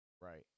Right